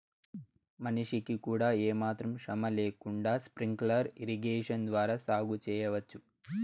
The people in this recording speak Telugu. మనిషికి కూడా ఏమాత్రం శ్రమ లేకుండా స్ప్రింక్లర్ ఇరిగేషన్ ద్వారా సాగు చేయవచ్చు